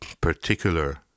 particular